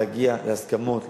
להגיע להסכמות,